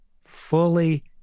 fully